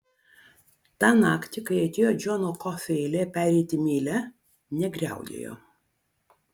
tą naktį kai atėjo džono kofio eilė pereiti mylia negriaudėjo